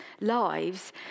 lives